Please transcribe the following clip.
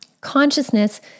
consciousness